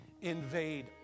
invade